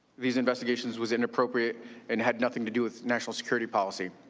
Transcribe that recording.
these investigations was inappropriate and had nothing to do with national security policy.